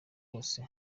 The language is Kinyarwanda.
hose